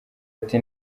ati